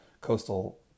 Coastal